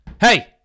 Hey